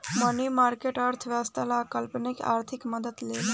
मनी market, अर्थव्यवस्था ला अल्पकालिक आर्थिक मदद देला